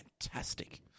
fantastic